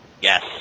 Yes